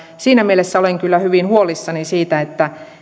siinä mielessä olen kyllä hyvin huolissani siitä